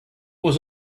was